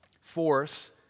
Force